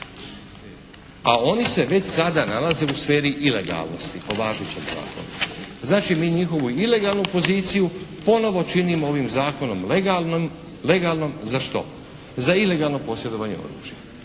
a oni se već sada nalaze u sferi ilegalnosti po važećem zakonu. Znači mi njihovu ilegalnu poziciju ponovo činimo ovim Zakonom legalnom, za što? Za ilegalno posjedovanje oružja.